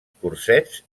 cursets